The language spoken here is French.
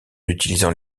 utilisant